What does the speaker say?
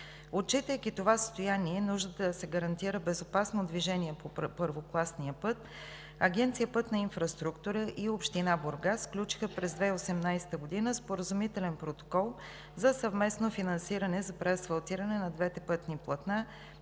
Отчитайки това състояние и нуждата да се гарантира безопасно движение по първокласния път, Агенция „Пътна инфраструктура“ и община Бургас сключиха през 2018 г. Споразумителен протокол за съвместно финансиране за преасфалтиране на двете пътни платна